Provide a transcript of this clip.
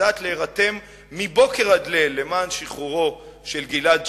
יודעים להירתם מבוקר עד ליל למען שחרורו של גלעד שליט,